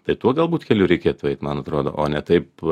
tai tuo galbūt keliu reikėtų eiti man atrodo o ne taip